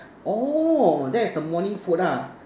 orh that is the morning food ah